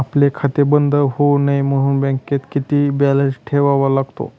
आपले खाते बंद होऊ नये म्हणून बँकेत किती बॅलन्स ठेवावा लागतो?